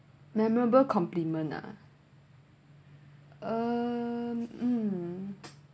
memorable complement ah um